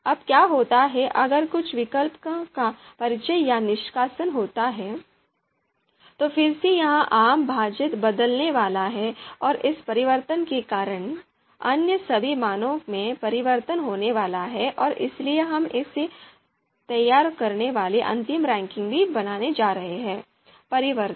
अब क्या होता है अगर कुछ विकल्पों का परिचय या निष्कासन होता है तो फिर से यह आम भाजक बदलने वाला है और इस परिवर्तन के कारण अन्य सभी मानों में परिवर्तन होने वाला है और इसलिए हम इसे तैयार करने वाली अंतिम रैंकिंग भी जा रहे हैं परिवर्तन